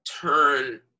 turn